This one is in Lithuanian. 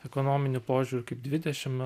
ekonominiu požiūriu kaip dvidešim